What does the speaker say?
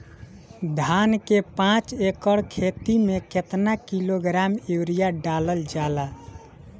धान के पाँच एकड़ खेती में केतना किलोग्राम यूरिया डालल जाला?